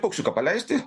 paukščiuką paleisti